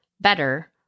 better